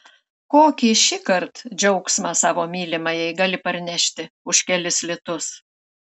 kokį šįkart džiaugsmą savo mylimajai gali parnešti už kelis litus